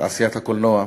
תעשיית הקולנוע.